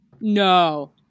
No